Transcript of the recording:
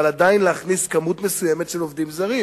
אבל עדיין להכניס מספר מסוים של עובדים זרים